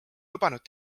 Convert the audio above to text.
lubanud